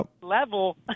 level